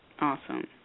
Awesome